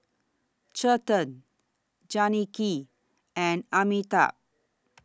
Chetan Janaki and Amitabh